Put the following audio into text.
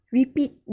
repeat